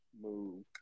move